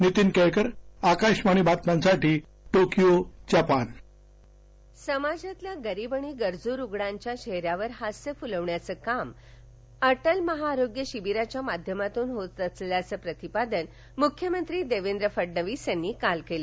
नीतीन केळकर आकाशवाणी बातम्यांसाठी Tokyo Japan मख्यमंत्री समाजातील गरीब आणि गरजू रुग्णांच्या चेहन्यावर हास्य फुलवण्याचं काम अटल महाआरोग्य शिबिराच्या माध्यमातून होत असल्याचं प्रतिपादन मुख्यमंत्री देवेंद्र फडणवीस यांनी काल केलं